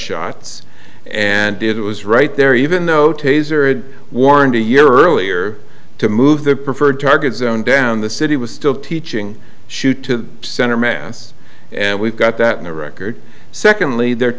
shots and it was right there even though tasered warned a year earlier to move the preferred target zone down the city was still teaching shoot to center mass and we've got that in the record secondly their